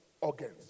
organs